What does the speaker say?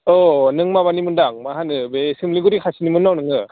अ नों माबानि मोनदां मा होनो बे सिमलिगुरि खाथिनिमोन न' नोङो